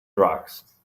drugs